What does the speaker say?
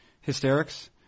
hysterics